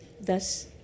thus